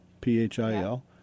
P-H-I-L